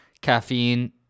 caffeine